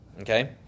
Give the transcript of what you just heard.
Okay